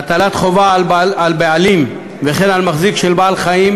הטלת חובה על בעלים וכן על מחזיק בעל-חיים